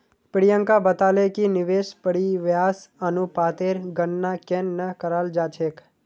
प्रियंका बताले कि निवेश परिव्यास अनुपातेर गणना केन न कराल जा छेक